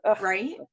Right